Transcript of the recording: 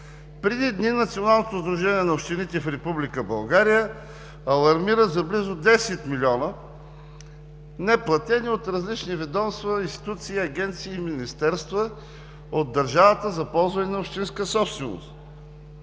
Преди дни Националното сдружение на общините в Република България алармира за близо 10 млн. лв. неплатени от различни ведомства, институции, агенции и министерства от държавата за ползване на общинска собственост.